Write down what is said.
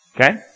Okay